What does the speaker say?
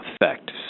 effect